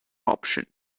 option